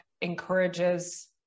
encourages